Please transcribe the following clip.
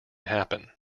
happen